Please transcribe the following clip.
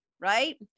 right